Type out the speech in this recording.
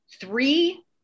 three